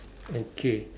okay